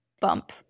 bump